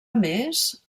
més